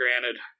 granted